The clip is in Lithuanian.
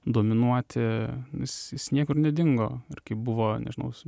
dominuoti jis jis niekur nedingo ir kai buvo nežinau